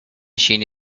machine